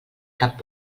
cap